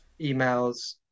emails